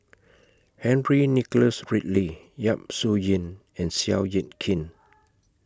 Henry Nicholas Ridley Yap Su Yin and Seow Yit Kin